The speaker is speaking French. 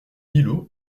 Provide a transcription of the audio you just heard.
millau